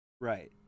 Right